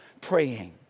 praying